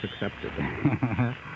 accepted